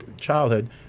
childhood